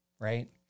right